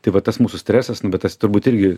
tai va tas mūsų stresas nu bet tas turbūt irgi